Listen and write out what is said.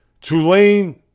Tulane